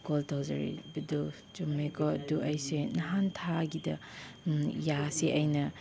call ꯇꯧꯖꯔꯛꯏꯕꯗꯨ ꯆꯨꯝꯃꯦꯀꯣ ꯑꯗꯨ ꯑꯩꯁꯦ ꯅꯍꯥꯟ ꯊꯥꯒꯤꯗ ꯌꯥꯁꯦ ꯑꯩꯅ